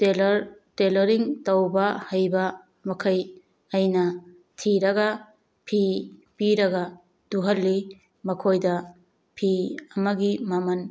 tailor tailoring ꯇꯧꯕ ꯍꯩꯕ ꯃꯈꯩ ꯑꯩꯅ ꯊꯤꯔꯒ ꯐꯤ ꯄꯤꯔꯒ ꯇꯨꯍꯜꯂꯤ ꯃꯈꯣꯏꯗ ꯐꯤ ꯑꯃꯒꯤ ꯃꯃꯟ